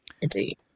indeed